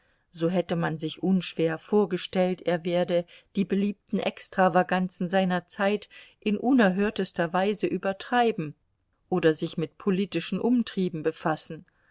so hätte man sich unschwer vorgestellt er werde die beliebten extravaganzen seiner zeit in unerhörtester weise übertreiben oder sich mit politischen umtrieben befassen